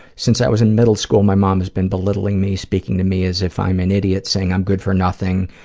since i was in middle school, my mom has been belittling me, speaking to me as if i am an idiot, saying i'm good for nothing,